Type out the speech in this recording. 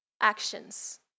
actions